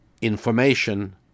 Information